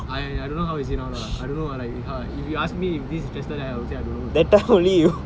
I I don't know how is he now lah I don't know err how if you ask me if this is chester then I'll say I don't know also